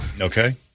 Okay